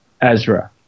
Ezra